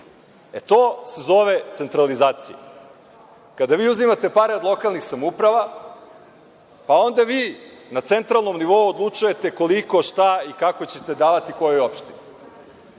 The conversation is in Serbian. E, to se zove centralizacija. Kada vi uzimate pare od lokalnih samouprava, pa onda vi na centralnom nivou odlučujete koliko, šta i kako ćete davati kojoj opštini.